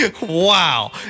Wow